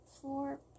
floor